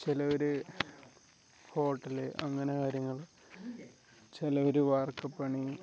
ചെലവർ hotel അങ്ങനെ കാര്യങ്ങൾ ചെലവർ വാർക്കപ്പണി